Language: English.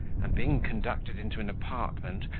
and being conducted into an apartment,